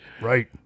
right